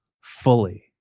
fully